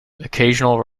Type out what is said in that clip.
occasional